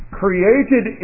created